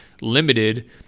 limited